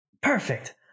Perfect